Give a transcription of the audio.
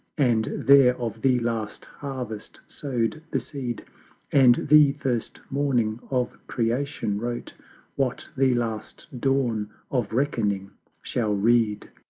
and there of the last harvest sow'd the seed and the first morning of creation wrote what the last dawn of reckoning shall read.